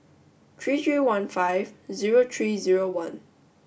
three three one five zero three zero one